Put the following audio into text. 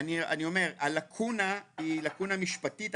הלקונה היא לקונה משפטית.